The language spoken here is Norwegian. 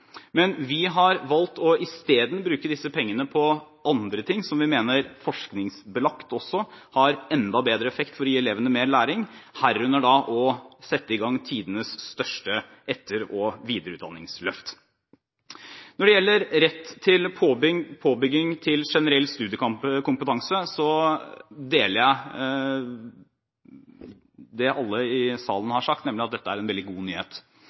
Men vi har isteden valgt å bruke disse pengene på andre ting som vi mener – forskningsbelagt også – har enda bedre effekt for å gi elevene mer læring, herunder å sette i gang tidenes største etter- og videreutdanningsløft. Når det gjelder rett til påbygging til generell studiekompetanse, deler jeg det synet alle i salen har gitt uttrykk for, nemlig at dette er en veldig god nyhet.